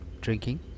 drinking